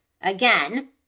again